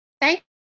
Thank